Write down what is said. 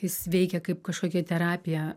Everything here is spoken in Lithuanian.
jis veikia kaip kažkokia terapija